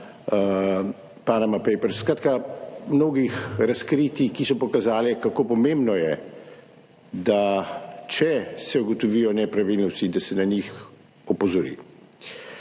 do Panama Papers, skratka mnogih razkritij, ki so pokazala, kako pomembno je, če se ugotovijo nepravilnosti, da se na njih opozori.